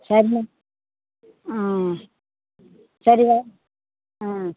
சரி ஆ சரி ஆ